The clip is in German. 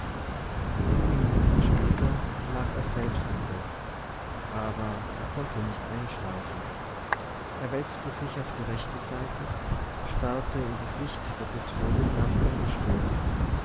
wenige minuten später lag er selbst im bett aber er konnte nicht einschlafen er wälzte sich auf die rechte seite starrte in das licht der petroleumlampe und stöhnte